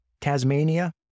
Tasmania